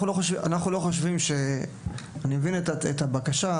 אני מבין את הבקשה.